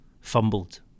Fumbled